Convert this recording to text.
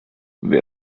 wer